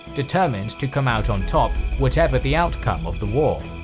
determined to come out on top, whatever the outcome of the war.